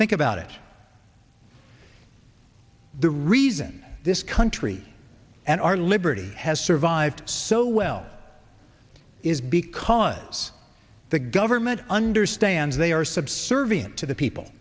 think about it the reason this country and our liberty has survived so well is because the government understands they are subservient to the people